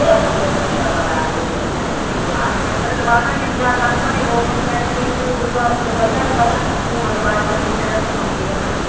असीं नी लगदा पता मशीना च कियां धोनें अस नंबर दबाना नी ऐं दे अस अनपढ़े लोक आं बेचारे केईं ते उत्थुआं लगदा नि पता कुहां दबानियां मशीनां ते कुहां केह् करना उनेईं